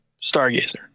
Stargazer